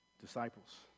Disciples